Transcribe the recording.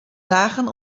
dagen